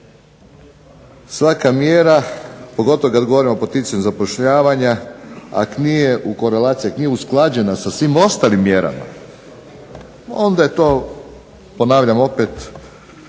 svaka mjera pogotovo kada govorimo o poticanju zapošljavanja ako nije u korelaciji ako nije usklađena sa svim ostalim mjerama, onda je to ponavljam prema